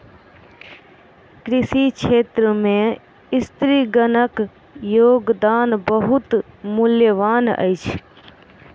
कृषि क्षेत्र में स्त्रीगणक योगदान बहुत मूल्यवान अछि